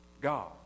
God